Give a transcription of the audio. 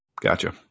Gotcha